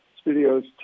studios